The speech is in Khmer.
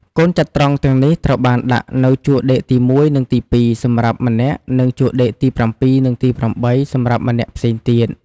កូនចត្រង្គទាំងនេះត្រូវបានដាក់នៅជួរដេកទី១ និងទី២ សម្រាប់ម្នាក់ និងជួរដេកទី៧ និងទី៨ សម្រាប់ម្នាក់ផ្សេងទៀត។